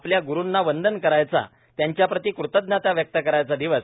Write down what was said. आपल्या ग्रुंना वंदन करायचा त्यांच्याप्रति कृतज्ञता व्यक्त करायचा दिवस